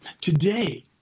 today